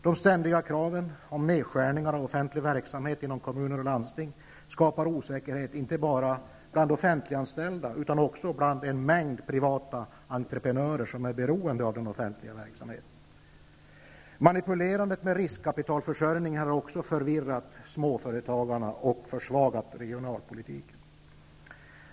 De ständiga kraven på nedskärning av offentlig verksamhet inom kommuner och landsting skapar osäkerhet inte bara bland offentliganställda utan också bland en mängd privata entreprenörer, som är beroende av den offentliga verksamheten. Manipulerandet med riskkapitalförsörjning har också förvirrat småföretagarna och försvagat regionalpolitiken.